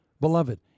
Beloved